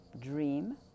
dream